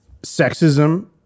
Sexism